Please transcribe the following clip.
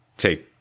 Take